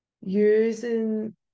Using